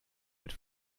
mit